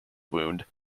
wound